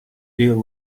deal